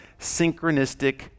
synchronistic